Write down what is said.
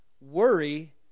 Worry